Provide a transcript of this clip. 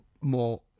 more